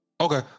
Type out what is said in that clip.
okay